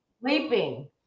Sleeping